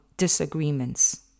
Disagreements